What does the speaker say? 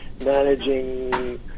managing